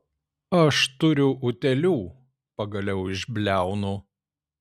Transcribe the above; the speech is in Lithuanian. aš turiu utėlių pagaliau išbliaunu